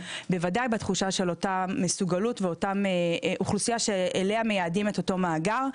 בוודאי בתחושה של מסוגלות ובתחושה שאליה מייעדים את אותו מאגר.